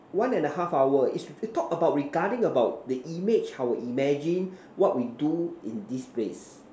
one and a half hour each talk about regarding about the image our imagine what we do in this place